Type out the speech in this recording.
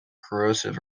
corrosive